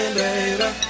baby